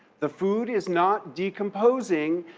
the food is not decomposing,